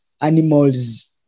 animals